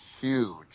huge